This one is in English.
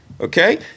okay